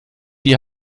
die